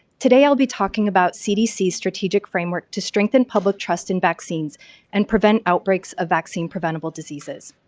today i'll be talking about cdc strategic framework to strengthen public trust in vaccines and prevent outbreaks of vaccine preventable diseases.